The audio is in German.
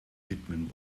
widmen